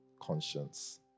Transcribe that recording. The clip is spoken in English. conscience